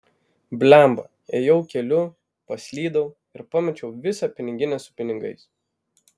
blemba ėjau keliu paslydau ir pamečiau visą piniginę su pinigais